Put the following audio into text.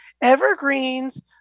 evergreens